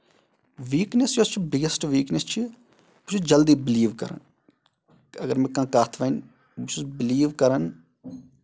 weakness یۄس چھِ biggest weakness چھِ بہٕ چھُس جلدی بِلیٖو کران اَگر مےٚ کانہہ کَتھ وَنہِ بہٕ چھُس بِلیٖو کران